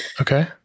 okay